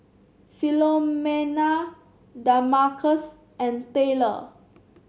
Philomena Damarcus and Tylor